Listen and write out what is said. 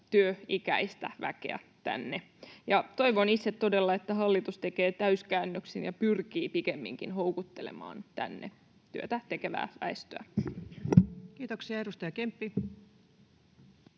työikäistä väkeä tänne. Toivon todella, että hallitus tekee täyskäännöksen ja pyrkii pikemminkin houkuttelemaan tänne työtä tekevää väestöä. [Speech 257] Speaker: